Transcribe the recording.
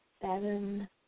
seven